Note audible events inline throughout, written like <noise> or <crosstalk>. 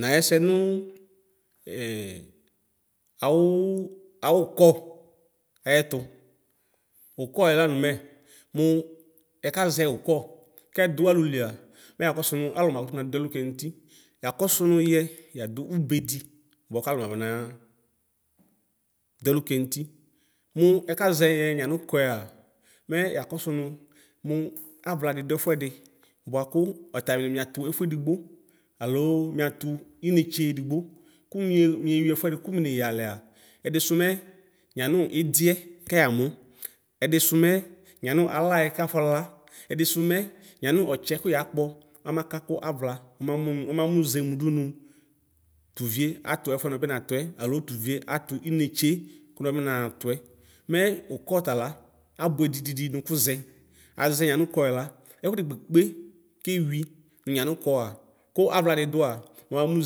Naxɛnʋ awʋ <hesitation> ʋkɔ ayɛtʋ ʋkɔɛ lanʋ mɛ mʋ ɛkayɛ ʋkɔ kɛdʋ alʋlia mɛ yakɔ sʋ nʋ alʋ makʋtʋ nadʋ ɛlʋkɛ nʋti yakɔsʋ nʋ yɛ yadʋ ʋbʋdi bʋakʋ alʋ ɔmana dʋ ɛlʋkɛ nʋti mʋ ɛkazɛ nyɛ yanʋ ʋkɔɛ mɛ yakɔsʋ nʋ mʋ axlani dʋ ɛfʋɛdi bʋakʋ ɔtani miatʋ ɛfʋedigbo alo miatsʋ inetsedigbo kʋ miwi ɛfʋɛdi kʋmineyi alɛa ɛdisʋ mɛ yanʋ idiɛ keyamʋɛ ɛdisʋ mɛ yanʋ alayɛ kafɔla ɛdisʋ mɛ yanʋ ɔtsɛ kʋyakpɔ ɔmakatʋ avla ɔmakakʋ ɔmakakʋ avla ɔmamʋ nʋ ɔmamʋ zemʋdʋ no tʋvie atʋ ɛfʋɛ kʋnɔbi natʋɛ alo tʋvie atʋ inetse kʋnɔbi natʋɛ mɛ ʋkɔ tala abʋɛ dididi nʋ kʋzɛ azɛ yanʋ ʋkɔɛ la ɛkʋ dekpekpe kewi nʋ yanʋ ʋkɔa kʋ avladi dʋa mɛ ɔmamʋ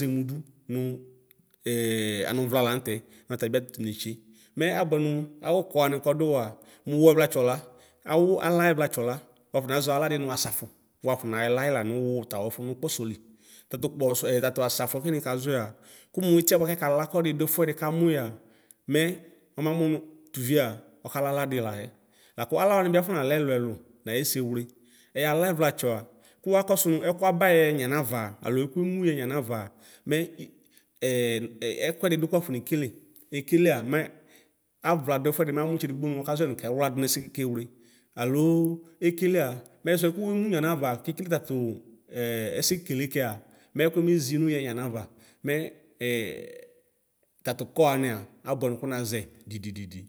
zemʋdʋ nʋ <hesitation> anʋvla lanʋtɛ nʋ tali netse mɛ abʋɛ nʋ awʋ ʋkɔ wani kɔdʋwʋa mʋ wʋ ɛvlatsɔ la awʋ alayɛ vlatsɔ la wafɔ nazɔ aladi nʋ asafʋ wafɔ nalayi nʋ wʋta awʋf nʋ kpɔsɔ li tatʋ kpɔsɔɛ tatʋ asafʋɛ kʋ nikazɔɛa kʋmʋ itiɛbʋakʋ ɛkaka kɔdidʋ ɛfʋɛdi kamʋ yɛa mɛ ɔmamʋ nʋ tʋviea akpla aladi layɛ lakʋ ala wani bi afɔnalɛ ɛlʋ ɛlʋ nayɛsɛ wle ɛyala ɛvlatsɔa kʋ akɔsʋ nʋ ɛkʋ aba yenʋ yanava alo ɛkʋ emʋ ye nʋ yanava mɛ <hesitation> ɛkʋɛdi dʋ kʋwafɔnekele ekelea mɛ avla dʋ ɛfʋɛdi mɛ amʋ nʋ ɔkazɔyɛ nʋ kɛwladʋ nɛsɛ kekewle alo ekelea mɛ disʋ ɛkʋ emʋ nʋ yanava kekele tatʋ <hesitation> ɛsɛkele kɛa mɛ ɛkʋɛ mezi nʋ yɛ yanava mɛ tatʋ ʋkɔ wania abʋɛ nʋ kʋnazɛ dididi.